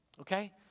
Okay